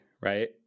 right